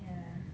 ya